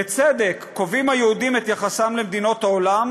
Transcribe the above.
בצדק קובעים היהודים את יחסם למדינות העולם